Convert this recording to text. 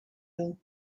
wil